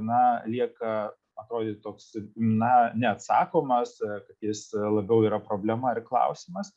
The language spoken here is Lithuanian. na lieka atrodė toks na neatsakomas jis labiau yra problema ar klausimas